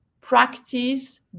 practice